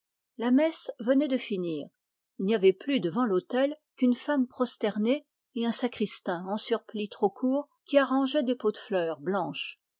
la messe venait de finir il n'y avait plus devant l'autel qu'une femme prosternée et un sacristain en surplis trop court qui arrangeait des pots de fleurs blanches